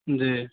جی